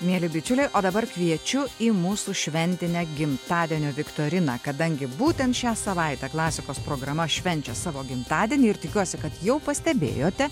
mieli bičiuliai o dabar kviečiu į mūsų šventinę gimtadienio viktoriną kadangi būtent šią savaitę klasikos programa švenčia savo gimtadienį ir tikiuosi kad jau pastebėjote